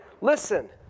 listen